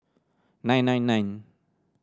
nine nine nine